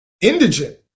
indigent